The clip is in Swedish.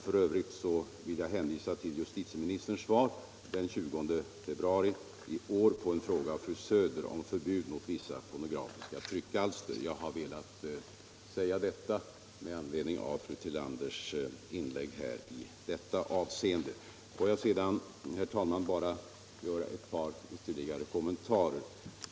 F. ö. vill jag hänvisa till justitieministerns svar den 20 februari i år på en fråga av fru Söder om förbud mot vissa pornografiska tryckalster. Jag har velat säga detta med anledning av fru Tillanders inlägg här i detta avseende. Får jag sedan, herr talman, bara göra ett par ytterligare kommentarer.